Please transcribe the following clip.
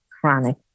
chronic